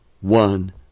one